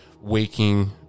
Waking